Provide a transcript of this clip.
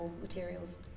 materials